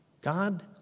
God